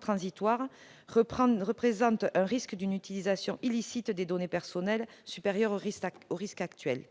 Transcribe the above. transitoire représente un risque d'utilisation illicite des données personnelles supérieur au risque actuel.